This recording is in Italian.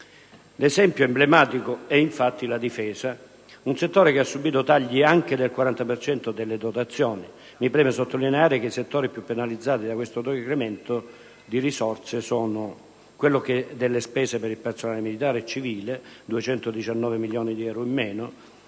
L'esempio emblematico è la Difesa, un settore che ha subito tagli anche del 40 per cento delle dotazioni. Mi preme sottolineare che il settore più penalizzato dal decremento di risorse è quello delle spese per il personale militare e civile (219 milioni di euro in meno).